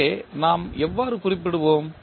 எனவே நாம் எவ்வாறு குறிப்பிடுவோம்